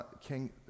king